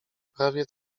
prawie